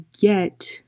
get